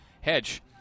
Hedge